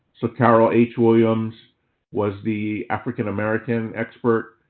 so carol h. williams was the african american expert.